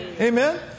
Amen